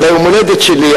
זה ליום ההולדת שלי,